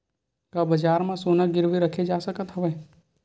का बजार म सोना गिरवी रखे जा सकत हवय?